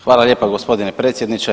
Hvala lijepo g. predsjedniče.